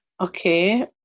Okay